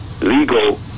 legal